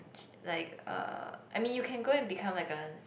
like uh I mean you can go and become like a